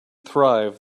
thrive